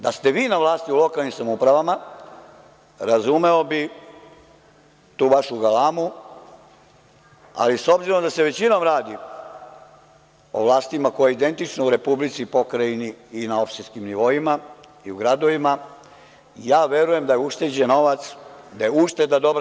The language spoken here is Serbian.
Da ste vi na vlasti u lokalnim samoupravama, razumeo bih tu vašu galamu, ali s obzirom da se većinom radi o vlastima koje su identične u Republici, Pokrajini, na opštinskim nivoima i u gradovima, ja verujem da je ušteđen novac, daje ušteda dobra.